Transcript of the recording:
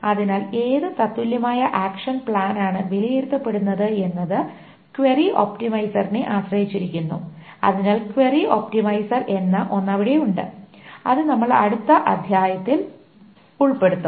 അതിനാൽ ഏത് തത്തുല്യമായ ആക്ഷൻ പ്ലാനാണ് വിലയിരുത്തപ്പെടുന്നത് എന്നത് ക്വയറി ഒപ്റ്റിമൈസറിനെ ആശ്രയിച്ചിരിക്കുന്നു അതിനാൽ ക്വയറി ഒപ്റ്റിമൈസർ എന്ന ഒന്ന് അവിടെ ഉണ്ട് അത് നമ്മൾ അടുത്ത അധ്യായത്തിൽ ഉൾപ്പെടുത്തും